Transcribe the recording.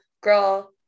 girl